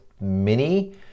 MINI